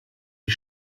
die